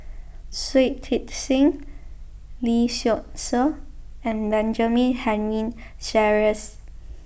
Shui Tit Sing Lee Seow Ser and Benjamin Henry Sheares